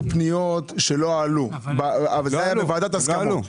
פניות שלא עלו אבל זה היה בוועדת הסכמות,